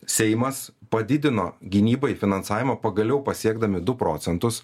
seimas padidino gynybai finansavimą pagaliau pasiekdami du procentus